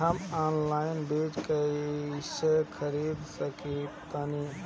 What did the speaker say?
हम ऑनलाइन बीज कईसे खरीद सकतानी?